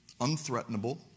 Unthreatenable